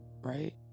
right